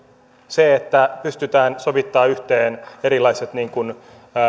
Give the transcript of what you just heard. se että pystytään sovittamaan yhteen erilaiset